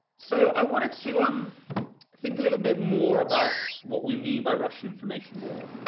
so i wanted to um think a little bit more about what we mean by russia information war.